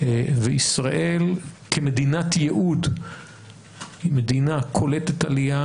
וישראל כמדינת ייעוד היא מדינה קולטת עלייה